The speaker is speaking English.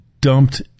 dumped